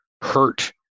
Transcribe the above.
hurt